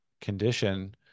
condition